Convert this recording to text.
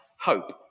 hope